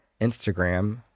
Instagram